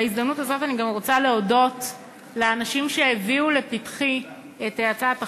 בהזדמנות הזאת אני גם רוצה להודות לאנשים שהביאו לפתחי את הצעת החוק,